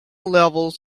levels